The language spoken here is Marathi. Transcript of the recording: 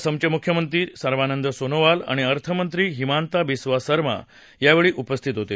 असमचे मुख्यमंत्री सर्वानंद सोनोवाल आणि अर्थमंत्री हिमांता बिस्वा सर्मा यावेळी उपस्थित होते